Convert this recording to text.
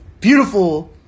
beautiful